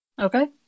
Okay